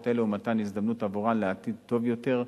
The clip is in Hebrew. אלו ובמתן הזדמנות עבורן לעתיד טוב יותר.